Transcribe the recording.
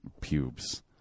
pubes